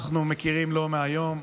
אנחנו מכירים לא מהיום.